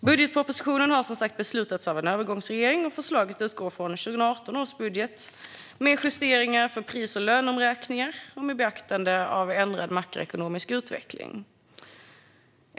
Budgetpropositionen har som sagt beslutats av en övergångsregering. Förslaget utgår från 2018 års budget med justeringar för pris och löneomräkningar och med beaktande av en ändrad makroekonomisk utveckling.